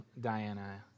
Diana